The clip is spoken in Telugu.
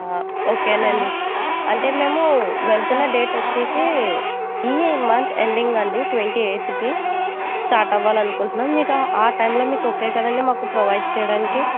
ఓకే అండి అంటే మేము వెళ్తున్న డేట్ వచ్చి ఈ మంత్ ఎండింగ్ అండి ట్వంటీ ఎయిత్కి స్టార్ట్ అవ్వాలి అనుకుంటున్నాం మీకు ఆ టైమ్లో మీకు ఓకే కదండి మాకు ప్రొవైడ్ చేయడానికి